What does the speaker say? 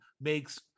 makes